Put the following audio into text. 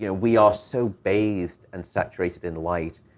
you know we are so bathed and saturated in light.